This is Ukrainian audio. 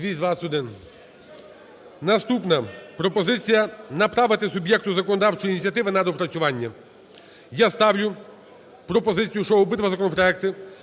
Наступна пропозиція: направити суб'єкту законодавчої ініціативи на доопрацювання. Я ставлю пропозицію, що обидва законопроекти: